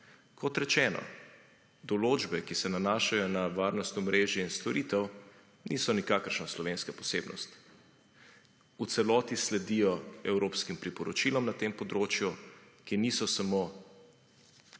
Kot rečeno določbe, ki se nanašajo na varnostno omrežje in storitev niso nikakršna slovenska posebnost. V celoti sledijo evropskim priporočilom na tem področju, ki niso samo